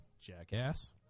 jackass